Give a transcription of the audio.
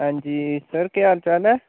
हांजी सर केह् हाल चाल ऐ